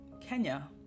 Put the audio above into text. Kenya